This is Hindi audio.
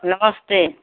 नमस्ते